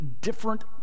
different